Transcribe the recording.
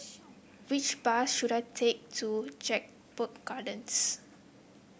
which bus should I take to Jedburgh Gardens